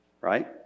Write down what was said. right